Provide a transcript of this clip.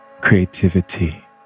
creativity